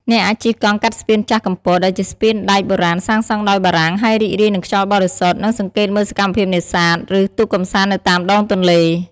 អ្នកអាចជិះកង់កាត់ស្ពានចាស់កំពត ដែលជាស្ពានដែកបុរាណសាងសង់ដោយបារាំង ហើយរីករាយនឹងខ្យល់បរិសុទ្ធ និងសង្កេតមើលសកម្មភាពនេសាទ ឬទូកកម្សាន្តនៅតាមដងទន្លេ។